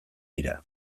dira